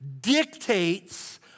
dictates